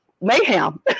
mayhem